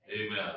Amen